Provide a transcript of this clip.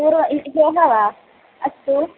पूर्वम् अस्तु